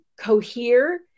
cohere